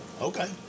Okay